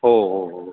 हो हो हो